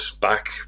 back